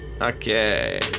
Okay